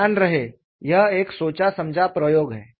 ध्यान रहे यह एक सोचा समझा प्रयोग है